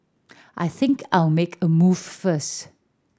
I think I'll make a move first